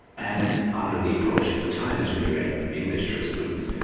and under the approach of the time, at any rate in english jurisprudence,